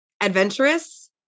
Adventurous